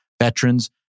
veterans